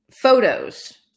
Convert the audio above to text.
photos